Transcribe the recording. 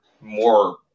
more